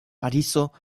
parizo